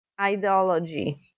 ideology